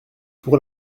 pour